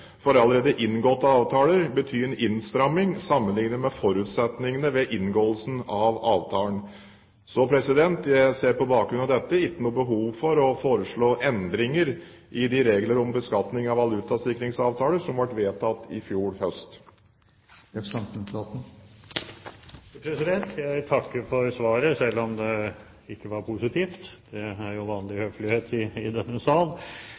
for allerede inngåtte avtaler bety en innstramming, sammenlignet med forutsetningene ved inngåelsen av avtalen. Jeg ser på bakgrunn av dette ikke noe behov for å foreslå endringer i de regler om beskatning av valutasikringsavtaler som ble vedtatt i fjor høst. Jeg takker for svaret, selv om det ikke var positivt. Det er jo vanlig høflighet i denne sal.